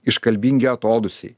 iškalbingi atodūsiai